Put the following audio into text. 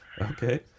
Okay